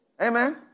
Amen